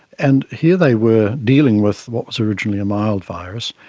and here they were, dealing with what was originally a mild virus.